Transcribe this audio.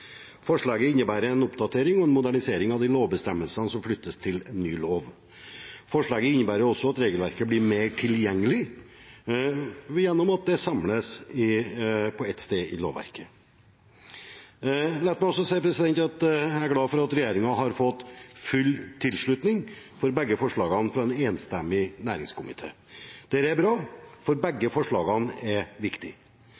Forslaget innebærer en oppdatering og en modernisering av lovbestemmelsene som flyttes til ny lov. Forslaget innebærer også at regelverket blir mer tilgjengelig ved at det samles på ett sted i lovverket. La meg også si at jeg er glad for at regjeringen har fått full tilslutning for begge forslagene fra en enstemmig næringskomité. Det er bra, for